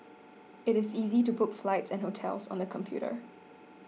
it is easy to book flights and hotels on the computer